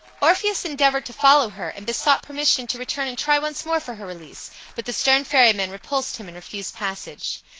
orpheus endeavored to follow her, and besought permission to return and try once more for her release but the stern ferryman repulsed him and refused passage.